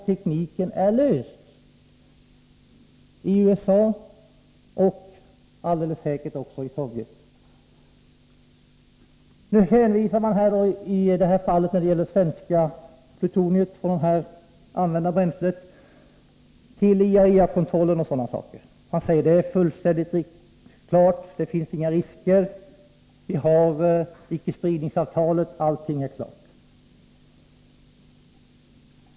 Tekniken är löst i USA och alldeles säkert i Sovjetunionen. När det gäller svenskt plutonium från här använt bränsle hänvisar man till IAEA-kontrollen och sådana saker. Man säger att det är fullständigt klart, det finns inga risker. Vi har ett icke-spridningsavtal, allting är klart.